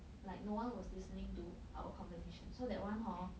like no one was listening to our conversation so that one hor